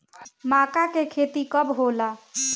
माका के खेती कब होला?